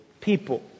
people